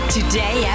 Today